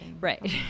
right